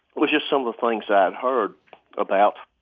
was just some of the things i'd heard about